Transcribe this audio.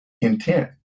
intent